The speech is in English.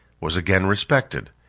was again respected,